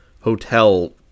hotel